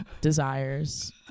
desires